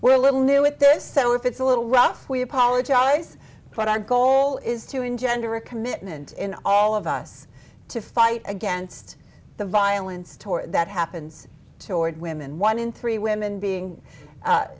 were a little new at this so if it's a little rough we apologize but our goal is to engender a commitment in all of us to fight against the violence tour that happens to ward women one in three women being